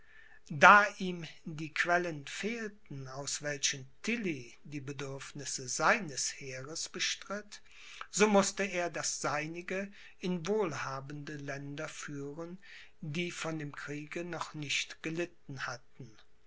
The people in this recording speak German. da ihm die quellen fehlten aus welchen tilly die bedürfnisse seines heeres bestritt so mußte er das seinige in wohlhabende länder führen die von dem kriege noch nicht gelitten hatten